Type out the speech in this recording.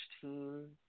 team